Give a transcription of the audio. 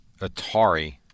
Atari